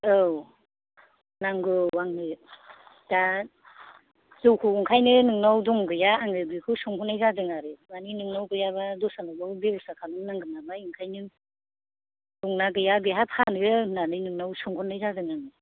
औ नांगौ आंनो दा जौखौ ओंखायनो नोंनाव दं गैया आङो बिखौ सोंहरनाय जादों आरो मानि नोंनाव गैयाबा दस्रानावबाबो बेब'स्था खालायनांगोन नालाय ओंखायनो दंना गैया बेहा फानो होननानै नोंनाव सोंहरनाय जादों